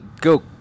go